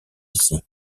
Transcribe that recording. ici